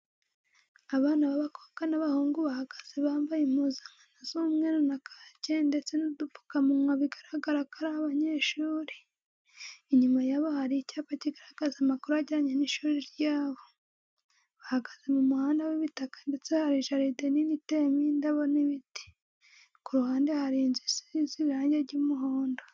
Abana b'abakobwa n'abahungu bahagaze, bambaye impuzankano z'umweru na kake ndetse n'udupfukamunwa bigaragarako ari abanyeshuri. Inyuma yabo hari icyapa kigaragaza amakuru ajyanye n'shuri ryabo. Bagahaze mu muhanda w'ibitaka ndetse hari jaride nini iteyemo indabo n'ibiti. Ku ruhande hari inzu isize irangi ry'umuhondo.